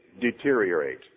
deteriorate